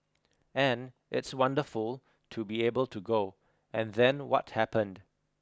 and it's wonderful to be able to go and then what happened